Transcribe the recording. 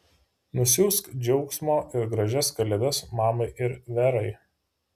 nusiųsk džiaugsmo ir gražias kalėdas mamai ir verai